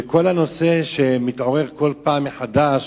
וכל הנושא שמתעורר בכל פעם מחדש